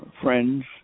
friends